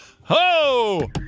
Ho